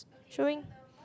showing